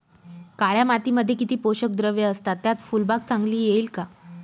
काळ्या मातीमध्ये किती पोषक द्रव्ये असतात, त्यात फुलबाग चांगली येईल का?